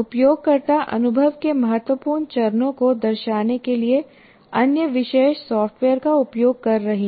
उपयोगकर्ता अनुभव के महत्वपूर्ण चरणों को दर्शाने के लिए अन्य विशेष सॉफ़्टवेयर का उपयोग कर रही हैं